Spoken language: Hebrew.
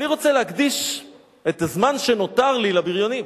אני רוצה להקדיש את הזמן שנותר לי לבריונים.